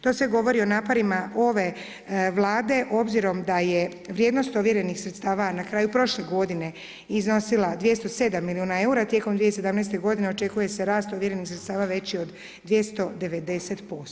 To sve govori o naporima ove Vlade obzirom da je vrijednost ovjerenih sredstava na kraju prošle godine iznosila 207 milijuna eura, tijekom 2017. godine očekuje se rast ovjerenih sredstava veći od 290%